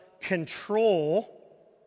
control